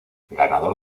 ganador